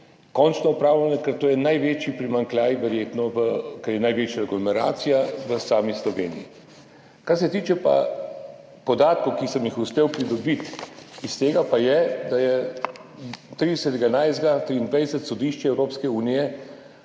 končno opravljeno, ker je to verjetno največji primanjkljaj, ker je največja aglomeracija v sami Sloveniji. Kar se tiče podatkov, ki sem jih uspel pridobiti, iz tega pa je, da je 30. 11. 2023 sodišče Evropske unije